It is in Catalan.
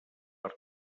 per